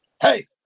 hey